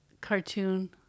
cartoon